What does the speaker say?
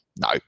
No